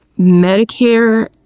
Medicare